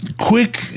Quick